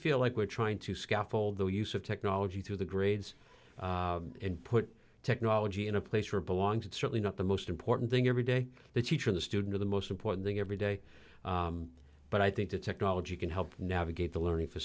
feel like we're trying to scaffold the use of technology through the grades and put technology in a place where belongs it's really not the most important thing every day the teacher the student or the most important thing every day but i think the technology can help navigate the learning for